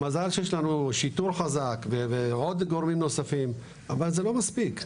מזל שיש לנו שיטור חזק ועוד גורמים נוספים אבל זה לא מספיק.